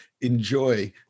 enjoy